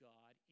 God